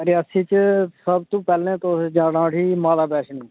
अच्छा अच्छा ठीक ऐ